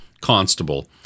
constable